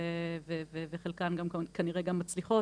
ובחלקם גם כנראה מצליחים,